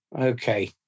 Okay